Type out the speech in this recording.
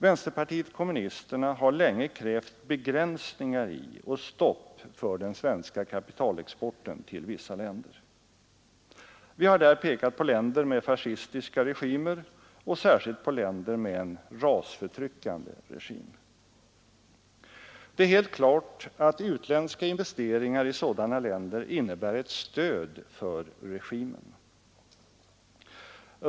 Vänsterpartiet kommunisterna har länge krävt begränsningar i och stopp för den svenska kapitalexporten till vissa länder. Vi har där pekat på länder med fascistiska regimer och särskilt på länder med en 39 rasförtryckande regim. Det är helt klart att utländska investeringar i sådana länder innebär ett stöd för regimen.